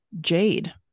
jade